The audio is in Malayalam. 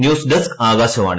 news desk Akashvani